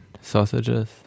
sausages